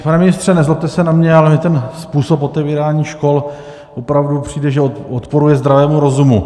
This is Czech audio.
Pane ministře, nezlobte se na mě, ale mně ten způsob otevírání škol opravdu přijde, že odporuje zdravému rozumu.